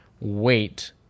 wait